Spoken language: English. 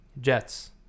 jets